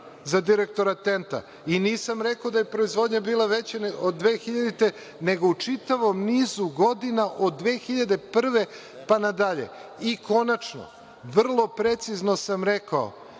za direktora TENT? Nisam rekao da je proizvodnja bila veća od 2000. nego u čitavom nizu godina od 2001. godine pa nadalje. Konačno, vrlo precizno sam rekao